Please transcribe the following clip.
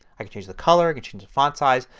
i can change the color, i can change the font size.